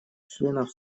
членов